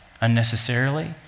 unnecessarily